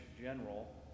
general